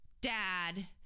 dad